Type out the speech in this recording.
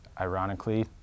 ironically